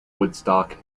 woodstock